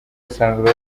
asanzwe